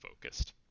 focused